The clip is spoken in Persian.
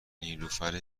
نیلوفر